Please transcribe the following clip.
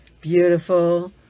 beautiful